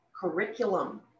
curriculum